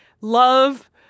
love